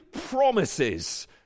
promises